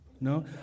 No